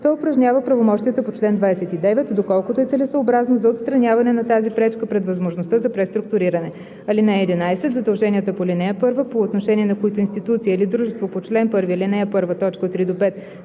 той упражнява правомощията по чл. 29, доколкото е целесъобразно за отстраняване на тази пречка пред възможността за преструктуриране. (11) Задълженията по ал. 1, по отношение на които институция или дружество по чл. 1, ал. 1, т.